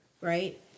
right